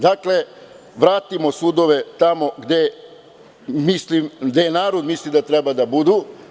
Dakle, vratimo sudove tamo gde narod misli da treba da budu.